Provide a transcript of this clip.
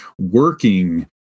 working